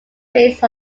based